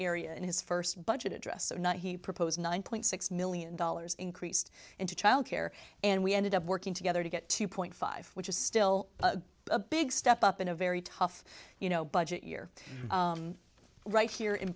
area in his first budget address or not he proposed nine point six million dollars increased into child care and we ended up working together to get two point five which is still a big step up in a very tough you know budget year right here in